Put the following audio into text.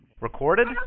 Recorded